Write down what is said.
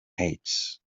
heights